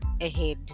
ahead